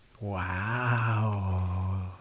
Wow